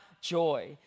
joy